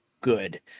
good